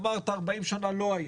אמרת 40 שנה לא היה,